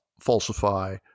falsify